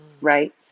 Right